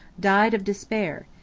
died of despair,